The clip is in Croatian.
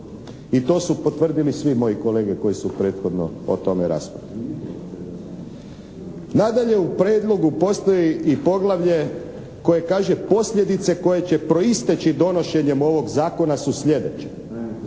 i to su potvrdili svi moji kolege koji su prethodno o tome raspravljali. Nadalje u prijedlogu postoji i poglavlje koje kaže, posljedice koje će proisteći donošenjem ovog zakona su sljedeće: